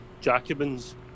Jacobins